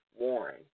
Warren